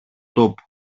τόπου